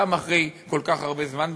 גם אחרי כל כך הרבה זמן,